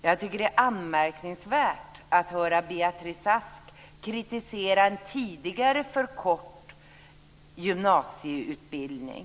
Jag tycker att det är anmärkningsvärt att höra Beatrice Ask kritisera en tidigare för kort gymnasieutbildning.